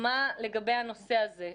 מה לגבי הנושא הזה?